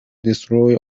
destroy